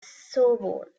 sorbonne